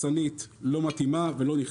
בסרטון שלהם דיברו שהמחסנית לא מתאימה ולא נכנסת